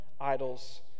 idols